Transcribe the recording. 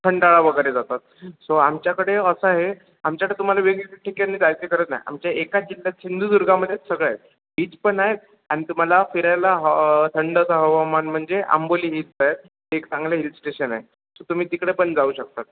खंडाळा वगैरे जातात सो आमच्याकडे असं आहे आमच्याकडे तुम्हाला वेगवेगळ्या ठिकाणी जायची गरज नाही आमच्या एकाच जिल्ह्यात सिंधुदुर्गामध्येच सगळं आहेत बीच पण आहेत आणि तुम्हाला फिरायला ह थंडचं हवामान म्हणजे आंबोली हिल्स आहेत एक चांगलं हिल स्टेशन आहे सो तुम्ही तिकडे पण जाऊ शकतात